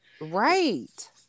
Right